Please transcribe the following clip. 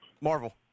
Marvel